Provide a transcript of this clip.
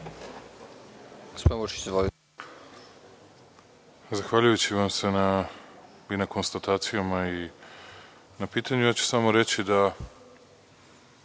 Hvala vam.